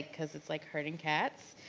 cause it's like herding cats,